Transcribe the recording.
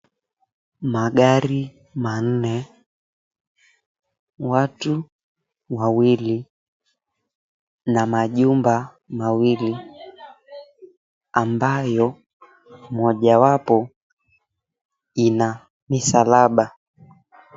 Magari manne, watu wawili, na majumba mawili, ambayo moja wapo ina misalaba.